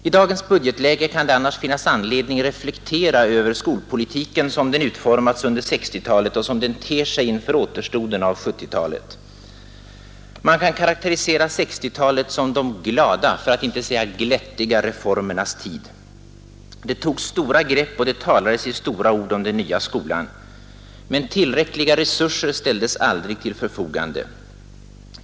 I dagens budgetläge kan det annars finnas anledning att reflektera över skolpolitiken som den utformats under 1960-talet och som den ter sig inför återstoden av 1970-talet. Man kan karakterisera 1960-talet som de glada — för att inte säga glättiga — reformernas tid. Det togs stora grepp, och det talades i stora ord om den nya skolan. Men tillräckliga resurser ställdes aldrig till förfogande.